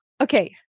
Okay